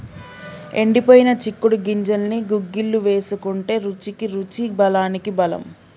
ఎండిపోయిన చిక్కుడు గింజల్ని గుగ్గిళ్లు వేసుకుంటే రుచికి రుచి బలానికి బలం